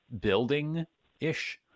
building-ish